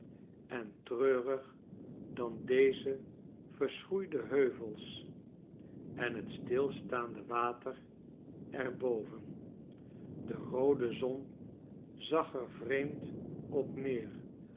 en treurig dan deze verschroeide heuvels en het stilstaande water er boven de roode zon zag er vreemd op neer